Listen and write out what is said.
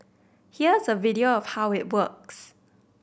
here's a video of how it works